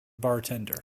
bartender